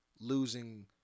losing